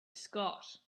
scott